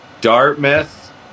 Dartmouth